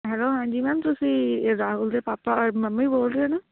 hello ਹਾਂਜੀ ma'am ਤੁਸੀਂ ਰਾਹੁਲ ਦੇ ਪਾਪਾ ਔਰ ਮੰਮੀ ਬੋਲ ਰਹੇ ਹੋ ਨਾ